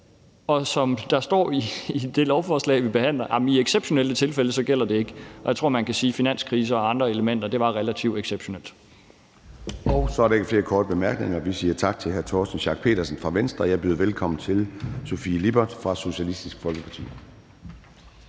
Og som der står i det lovforslag, som vi behandler, så gælder det ikke i exceptionelle tilfælde. Og jeg tror, man kan sige, at finanskrisen og andre elementer var relativt exceptionelle. Kl. 10:46 Formanden (Søren Gade): Der er ikke flere korte bemærkninger, så vi siger tak til Torsten Schack Pedersen fra Venstre. Jeg byder velkommen til fru Sofie Lippert fra Socialistisk Folkeparti.